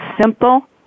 simple